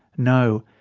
no,